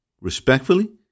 respectfully